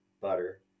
butter